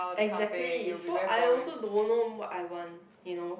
exactly so I also don't know what I want you know